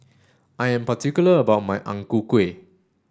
I am particular about my Ang Ku Kueh